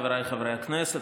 חבריי חברי הכנסת,